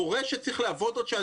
מורה שצריך לעבוד עוד שעתיים,